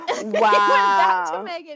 wow